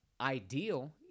ideal